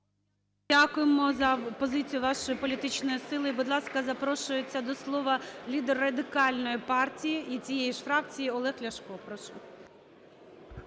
Дякуємо за позицію вашої політичної сили. І, будь ласка, запрошується до слова лідер Радикальної партії і цієї ж фракції Олег Ляшко.